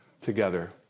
together